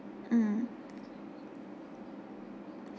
mm